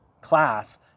class